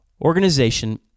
Organization